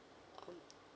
um